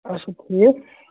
اَچھا ٹھیٖک